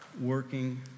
working